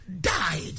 died